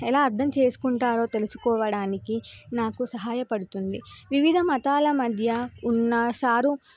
ఎలా అర్థం చేసుకుంటారో తెలుసుకోవడానికి నాకు సహాయపడుతుంది వివిధ మతాల మధ్య ఉన్న సారు